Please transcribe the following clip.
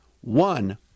One